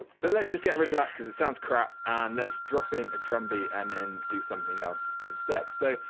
but let's just rid of that because it sounds crap. and let's drop in a drum beat, and then do something else instead. so,